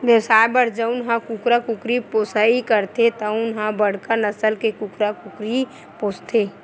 बेवसाय बर जउन ह कुकरा कुकरी पोसइ करथे तउन ह बड़का नसल के कुकरा कुकरी पोसथे